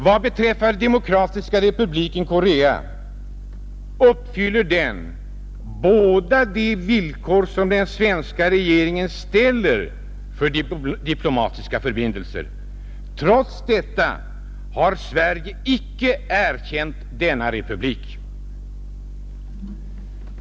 Vad beträffar Demokratiska folkrepubliken Korea uppfyller den båda de villkor som den svenska regeringen ställer för diplomatiska förbindelser. Trots detta har Sverige inte erkänt denna republik.